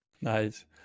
Nice